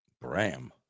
Bram